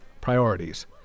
Priorities